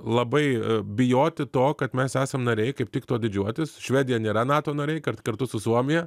labai bijoti to kad mes esam nariai kaip tik tuo didžiuotis švedija nėra nato nariai kartu su suomija